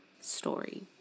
story